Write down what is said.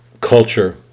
culture